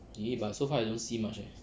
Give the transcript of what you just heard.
!ee! but so far I don't see much eh